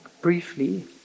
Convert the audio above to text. briefly